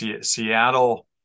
Seattle